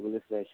सगलें फ्रॅश